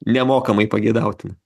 nemokamai pageidautina